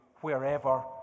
wherever